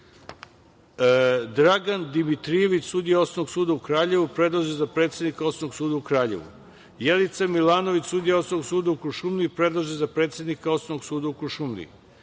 Dragan Dimitrijević sudija Osnovnog suda u Kraljevu, predlaže se za predsednika Osnovnog suda u Kraljevu; Jelica Milanović sudija Osnovnog suda u Kuršumliji, predlaže se za predsednika Osnovnog suda u Kuršumliji;